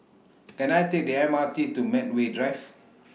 Can I Take The M R T to Medway Drive